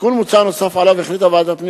תיקון מוצע נוסף שעליו החליטה ועדת הפנים